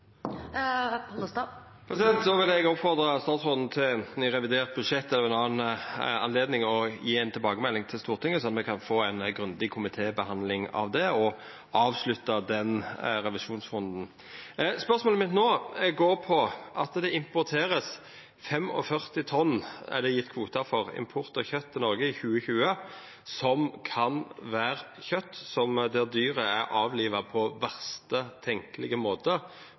vil eg oppfordra statsråden, anten i revidert budsjett eller i ein annan samanheng, til å gje ei tilbakemelding til Stortinget, slik at me kan få ei grundig komitébehandling av dette og avslutta den revisjonsrunden. Spørsmålet mitt no handlar om at det i 2020 er gjeve kvotar for import av 45 tonn kjøt til Noreg som kan vera kjøt frå dyr som har vorte avliva på verst tenkjelege måte,